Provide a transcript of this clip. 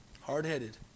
hard-headed